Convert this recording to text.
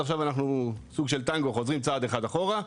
אז עכשיו אנחנו סוג של טנגו חוזרים צעד אחד אחורה,